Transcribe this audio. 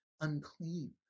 unclean